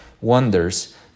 Wonders